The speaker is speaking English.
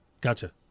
gotcha